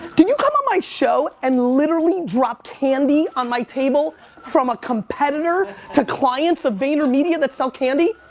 did you come on my show and literally drop candy on my table from a competitor to clients of vaynermedia that sell candy?